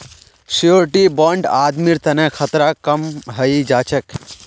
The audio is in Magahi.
श्योरटी बोंड आदमीर तना खतरा कम हई जा छेक